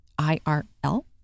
IRL